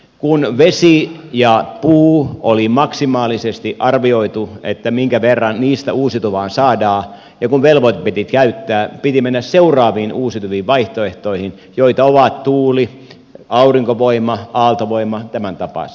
kun oli arvioitu minkä verran vedestä ja puusta maksimaalisesti uusiutuvaa saadaan ja kun velvoite piti käyttää piti mennä seuraaviin uusiutuviin vaihtoehtoihin joita ovat tuuli aurinkovoima aaltovoima tämäntapaiset